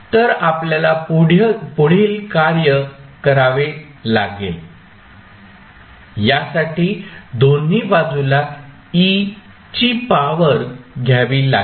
तर आपल्याला पुढील कार्य करावे लागेल यासाठी दोन्ही बाजूंला e ची पावर घ्यावी लागेल